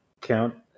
count